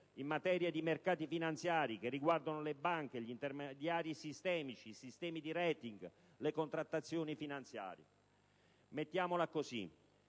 in materia di mercati finanziari che riguardano le banche, gli intermediari sistemici, i sistemi di *rating* e le contrattazioni finanziarie. Mettiamola così,